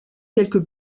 quelques